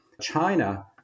China